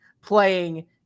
playing